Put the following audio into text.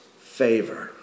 favor